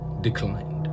declined